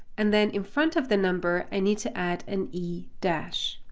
and then in front of the number, i need to add an e dash.